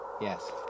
yes